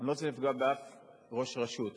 אני לא רוצה לפגוע בשום ראש רשות,